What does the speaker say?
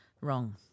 wrong